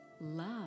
love